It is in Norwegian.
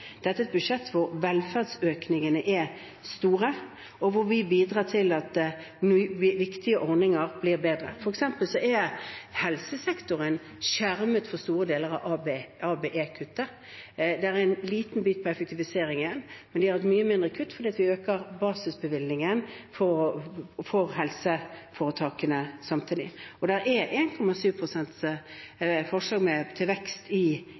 er et budsjett hvor velferdsøkningene er store, og hvor vi bidrar til at viktige ordninger blir bedre. For eksempel er helsesektoren skjermet for store deler av ABE-kuttet. Det er igjen en liten bit på effektivisering, men de har hatt mye mindre kutt fordi vi øker basisbevilgningen for helseforetakene samtidig, og det er forslag om 1,7 pst. til vekst i